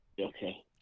Okay